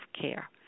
care